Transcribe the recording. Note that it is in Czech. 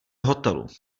hotelu